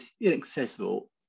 inaccessible